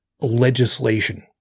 legislation